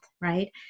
right